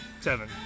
Seven